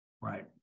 Right